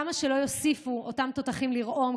כמה שלא יוסיפו אותם תותחים לרעום,